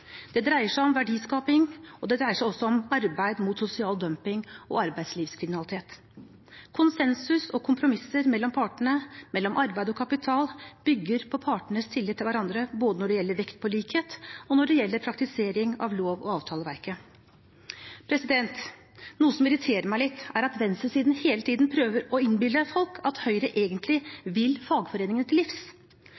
Det dreier seg om verdiskaping, og det dreier seg også om arbeid mot sosial dumping og arbeidslivskriminalitet. Konsensus og kompromisser mellom partene, mellom arbeid og kapital, bygger på partenes tillit til hverandre når det gjelder både vekt på likhet og praktisering av lov- og avtaleverket. Noe som irriterer meg litt, er at venstresiden hele tiden prøver å innbille folk at Høyre egentlig